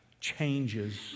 changes